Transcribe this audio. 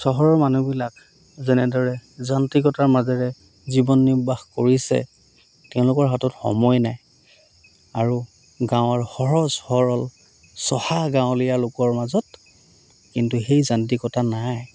চহৰৰ মানুহবিলাক যেনেদৰে যান্ত্ৰিকতাৰ মাজেৰে জীৱন নিৰ্বাহ কৰিছে তেওঁলোকৰ হাতত সময় নাই আৰু গাঁৱৰ সহজ সৰল চহা গাঁৱলীয়া লোকৰ মাজত কিন্তু সেই যান্ত্ৰিকতা নাই